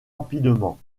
rapidement